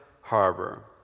harbor